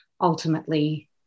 ultimately